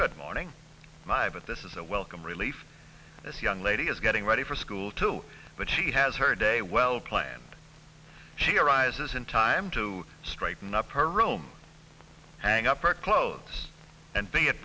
good morning my but this is a welcome relief this young lady is getting ready for school too but she has her day well planned she arises in time to straighten up her room and up her clothes and be at